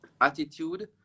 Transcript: attitude